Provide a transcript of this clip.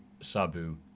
Sabu